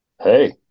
hey